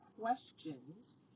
questions